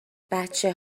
بچه